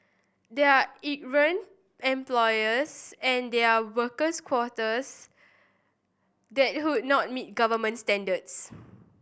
there are errant employers and there are workers quarters that would not meet government standards